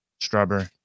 Strawberry